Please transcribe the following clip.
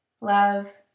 love